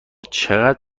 چقدر